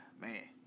man